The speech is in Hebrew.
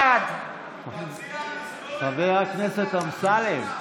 בעד חבר הכנסת אמסלם.